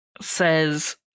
says